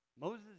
Moses